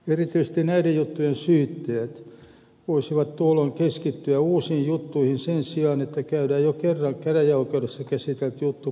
erityisesti näiden juttujen syyttäjät voisivat tuolloin keskittyä uusiin juttuihin sen sijaan että käydään jo kerran käräjäoikeudessa käsitelty juttu kokonaan uudestaan